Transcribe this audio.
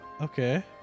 Okay